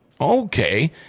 Okay